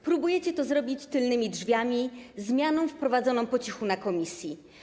Próbujecie to zrobić tylnymi drzwiami, zmianą wprowadzoną po cichu na posiedzeniu komisji.